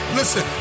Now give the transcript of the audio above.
listen